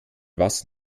was